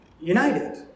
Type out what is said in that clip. united